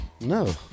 No